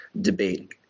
debate